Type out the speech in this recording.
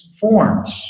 forms